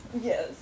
yes